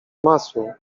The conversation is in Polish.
masło